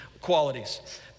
qualities